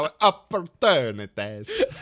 Opportunities